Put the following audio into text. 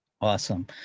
Awesome